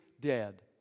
dead